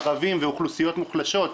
ערבים ואוכלוסיות מוחלשות,